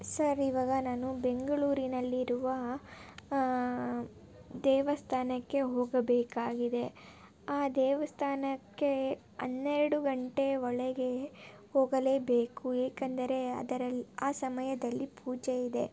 sir ಇವಾಗ ನಾನು ಬೆಂಗಳೂರಿನಲ್ಲಿ ಇರುವ ದೇವಸ್ಥಾನಕ್ಕೆ ಹೋಗಬೇಕಾಗಿದೆ ಆ ದೇವಸ್ಥಾನಕ್ಕೆ ಹನ್ನೆರಡು ಗಂಟೆಯ ಒಳಗೆ ಹೋಗಲೇಬೇಕು ಏಕೆಂದರೆ ಅದರಲ್ಲಿ ಆ ಸಮಯದಲ್ಲಿ ಪೂಜೆ ಇದೆ